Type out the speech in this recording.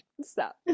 stop